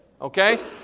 okay